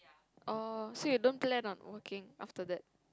um so you don't plan on working after that